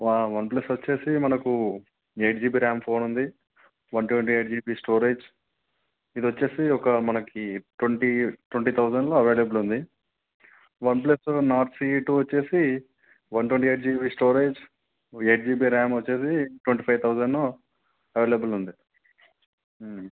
వా one plus వచ్చేసి మనకు ఎయిట్ జీబీ ర్యామ్ ఫోన్ ఉంది one twenty eight GB storage ఇదొచ్చేసి ఒక మనకి ట్వంటీ ట్వంటీ తౌజండ్లో అవైలబుల్ ఉంది one plus one Nord CE two వచ్చేసి one twenty eight GB storage eight GB RAM వచ్చేసి ట్వంటీ ఫైవ్ తౌజన్ను అవైలబుల్ ఉంది